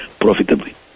profitably